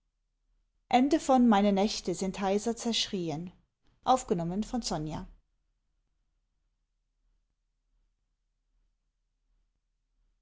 meine nächte sind heiser zerschrieen